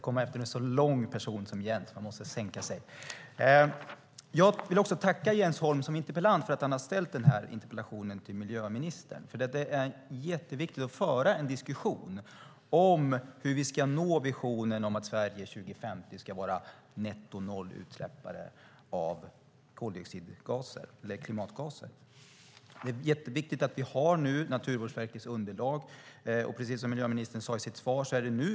Herr talman! Jag vill tacka Jens Holm för att han har ställt den här interpellationen till miljöministern. Det är jätteviktigt att föra en diskussion om hur vi i Sverige ska nå visionen noll nettoutsläpp av klimatgaser till 2050. Nu har vi Naturvårdsverkets underlag. Det är jätteviktigt. Det är nu vi ska diskutera, precis som miljöministern sade i sitt svar.